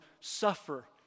suffer